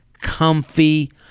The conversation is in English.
comfy